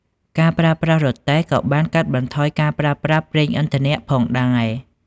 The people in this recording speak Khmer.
ការប្រើប្រាស់រទេះក៏បានកាត់បន្ថយការប្រើប្រាស់ប្រេងឥន្ធនៈផងដែរ។